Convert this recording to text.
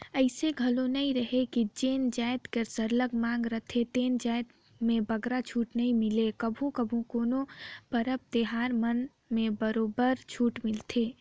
अइसे घलो नी रहें कि जेन जाएत के सरलग मांग रहथे ते जाएत में बगरा छूट नी मिले कभू कभू कोनो परब तिहार मन म बरोबर छूट मिलथे